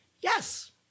Yes